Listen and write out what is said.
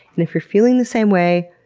and if you're feeling the same way,